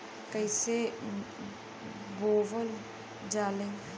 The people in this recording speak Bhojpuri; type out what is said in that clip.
कईसे बोवल जाले?